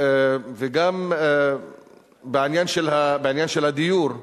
וגם בעניין של הדיור,